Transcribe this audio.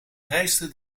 reisde